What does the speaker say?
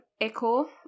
echo